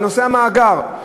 בנושא המאגר.